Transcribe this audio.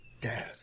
Dad